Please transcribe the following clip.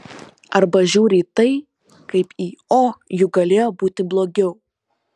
arba žiūri į tai kaip į o juk galėjo būti blogiau